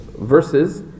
verses